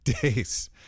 days